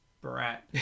brat